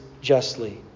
justly